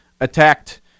attacked